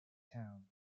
town